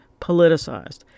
politicized